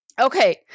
Okay